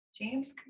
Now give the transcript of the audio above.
james